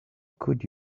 could